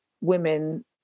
women